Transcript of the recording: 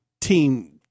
team